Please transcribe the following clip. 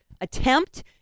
attempt